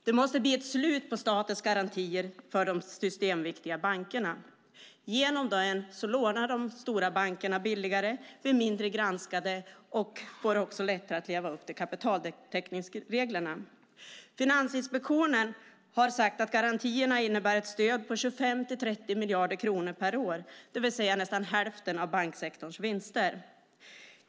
Det måste bli ett slut på statens garantier för de systemviktiga bankerna. Genom dem lånar de stora bankerna billigare, blir mindre granskade och får också lättare att leva upp till kapitaltäckningsreglerna. Finansinspektionen har sagt att garantierna innebär ett stöd på 25-30 miljarder kronor per år, det vill säga nästan hälften av banksektorns vinster.